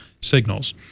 signals